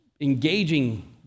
engaging